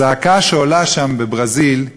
הזעקה שעולה שם, בברזיל,